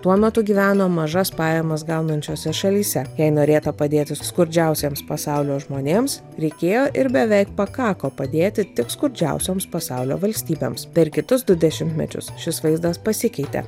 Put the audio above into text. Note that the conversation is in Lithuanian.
tuo metu gyveno mažas pajamas gaunančiose šalyse jei norėta padėti skurdžiausiems pasaulio žmonėms reikėjo ir beveik pakako padėti tik skurdžiausioms pasaulio valstybėms per kitus du dešimtmečius šis vaizdas pasikeitė